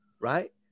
right